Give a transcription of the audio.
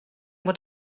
fod